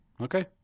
Okay